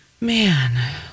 Man